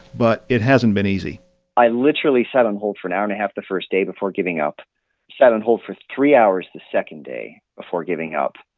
but it hasn't been easy i literally sat on hold for an hour and a half the first day before giving up. i sat on hold for three hours the second day before giving up.